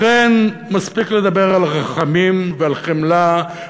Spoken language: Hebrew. לכן מספיק לדבר על רחמים ועל חמלה,